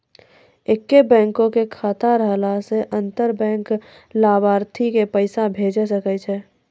एक्के बैंको के खाता रहला से अंतर बैंक लाभार्थी के पैसा भेजै सकै छै